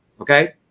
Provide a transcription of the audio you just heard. okay